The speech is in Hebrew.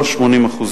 לא 80%,